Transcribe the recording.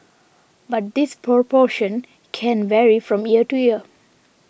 but this proportion can vary from year to year